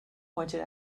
pointed